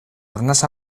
arnas